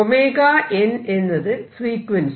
𝜔n എന്നത് ഫ്രീക്വൻസി